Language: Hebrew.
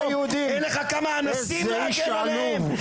יהודים אין לך כמה אנסים להגן עליהם?